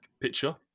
picture